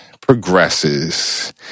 progresses